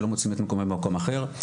שלא מוצאים את מקומם במקום אחר.